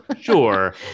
sure